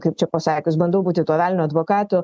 kaip čia pasakius bandau būti tuo velnio advokatu